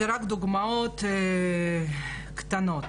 אלה רק דוגמאות קטנות.